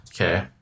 okay